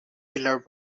pillar